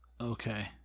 Okay